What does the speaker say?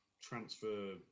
transfer